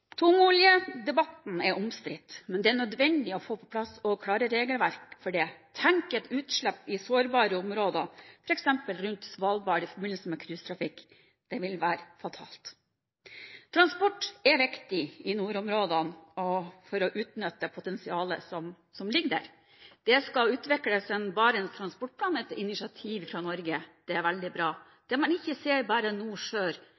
er omstridt, men det er nødvendig å få på plass et klart regelverk også for det. Tenk dere et utslipp i sårbare områder, f.eks. rundt Svalbard i forbindelse med cruisetrafikk. Det ville være fatalt. Transport er viktig i nordområdene for å utnytte potensialet som ligger der. Det skal utvikles en Barents transportplan etter initiativ fra Norge. Det er veldig